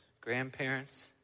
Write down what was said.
grandparents